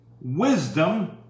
wisdom